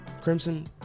Crimson